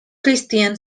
christian